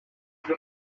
icyo